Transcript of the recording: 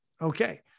okay